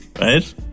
right